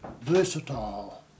versatile